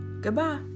Goodbye